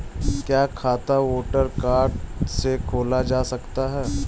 क्या खाता voter card से खोला जा सकता है?